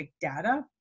data